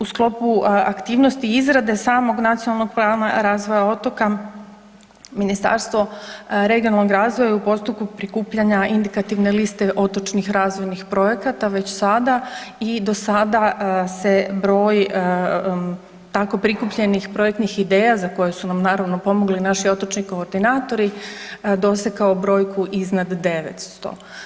U sklopu aktivnosti izradi samog nacionalnog plana razvoja otoka Ministarstvo regionalnog razvoja je u postupku prikupljanja indikativne liste otočnih razvojnih projekata već sada i do sada se broj tako prikupljenih projektnih ideja za koje su nam naravno pomogli naši otočni koordinatori dosegao brojku iznad 900.